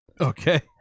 okay